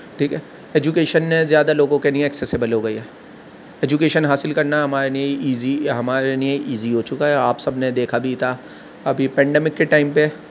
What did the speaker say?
ٹھیک ہے ایجوکیشن نے زیادہ لوگوں کے نیے ایکسیسیبل ہوگئی ہے ایجوکیشن حاصل کرنا ہمارے نیے ایزی ہمارے نیے ایزی ہو چکا ہے آپ سب نے دیکھا بھی تھا ابھی پینڈیمک کے ٹائم پہ